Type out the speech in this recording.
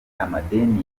amadeni